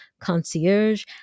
concierge